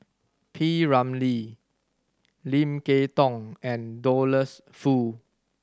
P Ramlee Lim Kay Tong and Douglas Foo